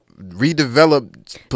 redeveloped